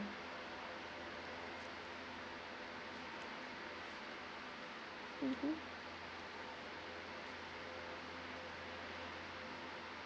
mmhmm